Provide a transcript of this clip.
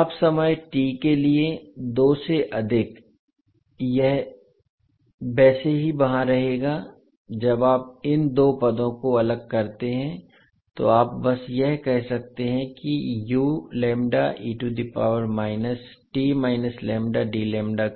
अब समय t के लिए दो से अधिक यह वैसे भी वहाँ रहेगा जब आप इन दो पदों को अलग करते हैं तो आप बस यह कह सकते हैं कि